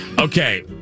Okay